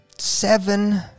seven